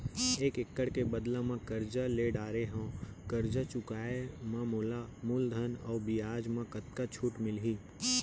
एक एक्कड़ के बदला म करजा ले डारे हव, करजा चुकाए म मोला मूलधन अऊ बियाज म कतका छूट मिलही?